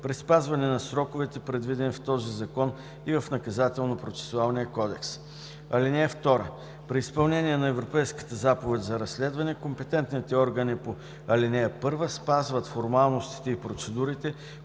при спазване на сроковете, предвидени в този закон и в Наказателно-процесуалния кодекс. (2) При изпълнение на Европейската заповед за разследване компетентните органи по ал. 1 спазват формалностите и процедурите,